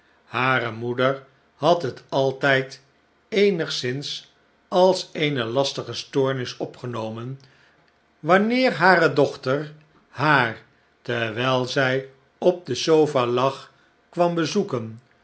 hare moeder had net altijd eenigszins als eene lastige stoornis opgenomen wanneer hare dochter haar terwijl zij op de sofa lag kwam bezoeken